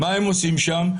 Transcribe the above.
מה הם עושים שם?